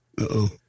Uh-oh